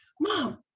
mom